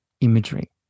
imagery